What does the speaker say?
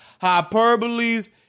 hyperboles